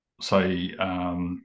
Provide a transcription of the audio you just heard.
say